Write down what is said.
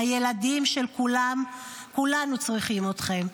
הילדים של כולנו צריכים אתכם.